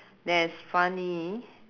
that is funny